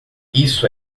isso